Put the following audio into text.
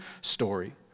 story